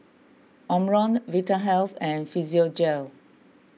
Omron Vitahealth and Physiogel